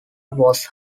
was